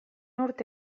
urte